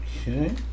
Okay